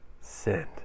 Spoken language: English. send